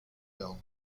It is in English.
film